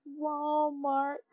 Walmart